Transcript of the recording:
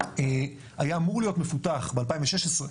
היה אמור להיות מפותח ב-2016.